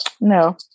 No